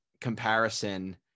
comparison